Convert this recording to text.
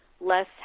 less